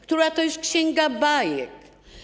Która to już księga bajek?